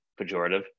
pejorative